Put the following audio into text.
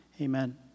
amen